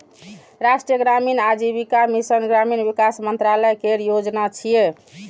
राष्ट्रीय ग्रामीण आजीविका मिशन ग्रामीण विकास मंत्रालय केर योजना छियै